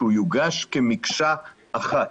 ש"הוא יוגש כמקשה אחת".